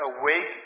Awake